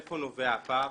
מאיפה נובע הפער?